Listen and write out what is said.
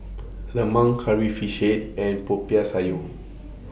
Lemang Curry Fish Head and Popiah Sayur